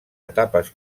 etapes